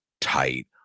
tight